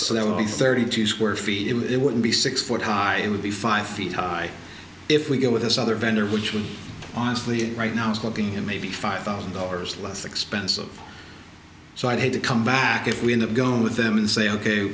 be thirty two square feet it wouldn't be six foot high would be five feet high if we go with this other vendor which will honestly it right now is looking at maybe five thousand dollars less expensive so i had to come back if we end up going on with them and say ok